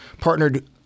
partnered